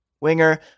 winger